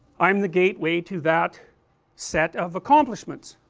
i am the gateway to that set of accomplishments,